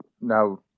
now